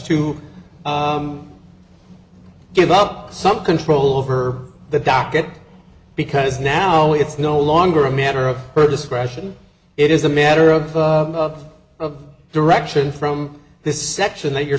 to give up some control over the docket because now it's no longer a matter of her discretion it is a matter of of direction from this section that you're